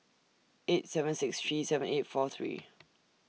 eight seven six three seven eight four three